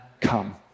come